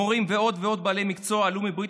מורים ועוד ועוד בעלי מקצוע עלו מברית